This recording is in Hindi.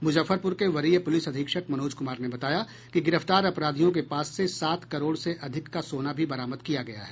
मुजफ्फरपुर के वरीय प्रलिस अधीक्षक मनोज कुमार ने बताया कि गिरफ्तार अपराधियों के पास से सात करोड़ से अधिक का सोना भी बरामद किया गया है